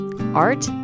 art